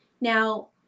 Now